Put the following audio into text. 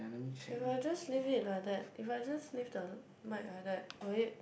if I just leave it like that if I just leave the mic like that will it